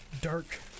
dark